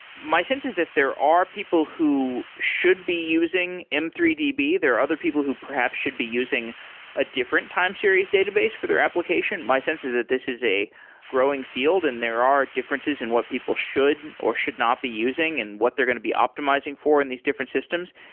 my sense is that there are people who should be using m three d b. there are other people who perhaps should be using a different time series database for their application. my sense is that this is a growing field and there are differences in what people should or should not be using and what they're going to be optimizing for in these different systems.